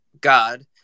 God